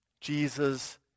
Jesus